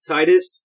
Titus